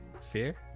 fear